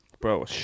bro